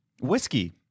whiskey